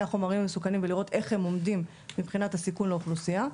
החומרים המסוכנים ולראות איך הם עומדים מבחינת הסיכון לאוכלוסייה,